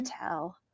tell